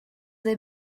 they